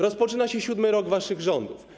Rozpoczyna się siódmy rok waszych rządów.